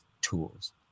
tools